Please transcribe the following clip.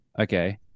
okay